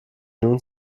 nun